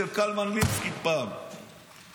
אצל קלמן ליבסקינד של